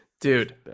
dude